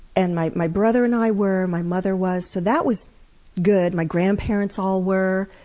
and my my brother and i were, my mother was so that was good. my grandparents all were.